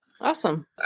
Awesome